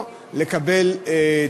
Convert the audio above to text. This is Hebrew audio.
אדוני היושב-ראש,